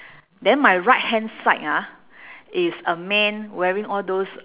then my right hand side ah is a man wearing all those